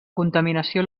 contaminació